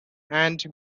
and